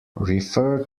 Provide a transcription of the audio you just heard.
refer